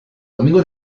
domingo